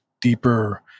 deeper